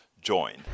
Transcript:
join